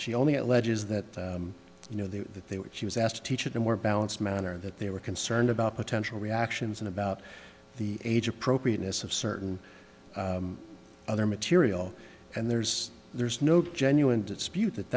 she only alleges that you know that they were she was asked to teach at a more balanced manner that they were concerned about potential reactions and about the age appropriateness of certain other material and there's there's no genuine dispute that